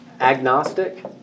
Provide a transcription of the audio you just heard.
Agnostic